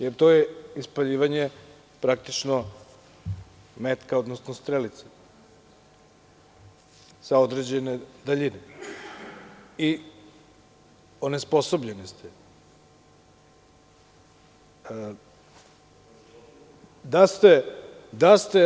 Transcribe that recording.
Jer to je ispaljivanje praktično metka, odnosno strelice, sa određene daljine i onesposobljeni ste.